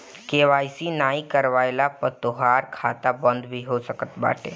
KYC नाइ करववला पअ तोहार खाता बंद भी हो सकत बाटे